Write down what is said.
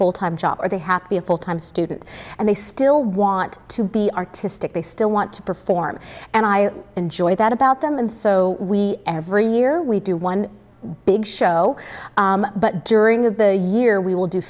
full time job where they have to be a full time student and they still want to be artistic they still want to perform and i enjoy that about them and so we every year we do one big show but during the year we will do